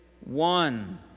one